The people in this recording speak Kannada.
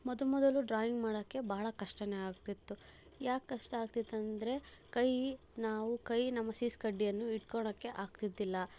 ಮೊದಮೊದಲು ಡ್ರಾಯಿಂಗ್ ಮಾಡೋಕ್ಕೆ ಬಹಳ ಕಷ್ಟನೇ ಆಗ್ತಿತ್ತು ಯಾಕೆ ಕಷ್ಟ ಆಗ್ತಿತ್ತಂದ್ರೆ ಕೈ ನಾವು ಕೈ ನಮ್ಮ ಸೀಸ ಕಡ್ಡಿಯನ್ನು ಹಿಡ್ಕೊಳಕ್ಕೆ ಆಗ್ತಿದ್ದಿಲ್ಲ